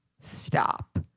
stop